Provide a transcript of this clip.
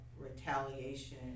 retaliation